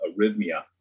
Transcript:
arrhythmia